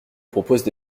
proposent